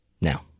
Now